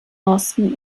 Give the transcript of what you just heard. austin